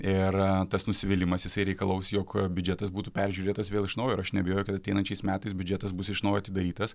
ir tas nusivylimas jisai reikalaus jog biudžetas būtų peržiūrėtas vėl iš naujo ir aš neabejoju kad ateinančiais metais biudžetas bus iš naujo atidarytas